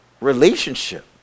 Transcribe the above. relationship